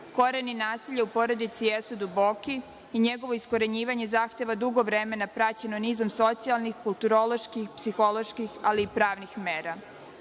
Koreni nasilja u porodici jesu duboki i njegovo iskorenjivanje zahteva dugo vremena, praćeno nizom socijalnih, kulturoloških, psiholoških, ali i pravnih mera,